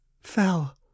fell